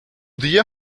día